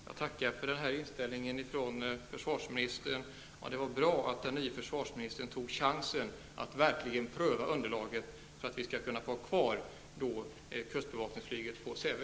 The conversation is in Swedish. Herr talman! Jag tackar för försvarsministerns inställning. Det var bra att den nye försvarsministern tog chansen att verkligen pröva underlaget, för att vi skall få ha kvar kustbevakningsflyget vid Säve.